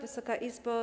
Wysoka Izbo!